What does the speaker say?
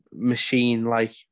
machine-like